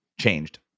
Changed